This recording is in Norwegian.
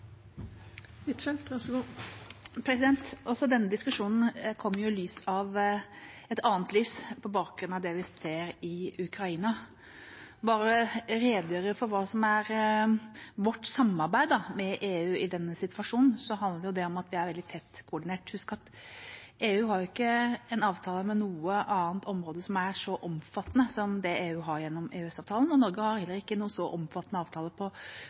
Denne diskusjonen kommer i lys av noe annet, på bakgrunn av det vi ser i Ukraina. Jeg vil bare redegjøre for hva som er vårt samarbeid med EU i denne situasjonen, og det handler om at vi er veldig tett koordinert. Husk at EU ikke har en avtale med noe annet område som er så omfattende som det EU har gjennom EØS-avtalen, og Norge har heller ikke en så omfattende avtale på